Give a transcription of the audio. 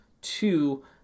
Two